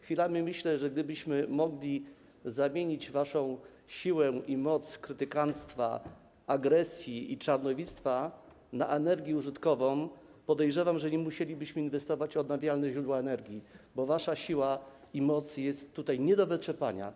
Chwilami myślę i podejrzewam, że gdybyśmy mogli zamienić waszą siłę i moc krytykanctwa, agresji i czarnowidztwa na energię użytkową, to nie musielibyśmy inwestować w odnawialne źródła energii, bo wasza siła i moc jest tutaj nie do wyczerpania.